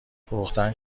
فروختن